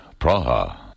Praha